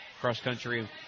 cross-country